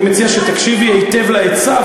אני מציע שתקשיבי היטב לעצה,